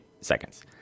seconds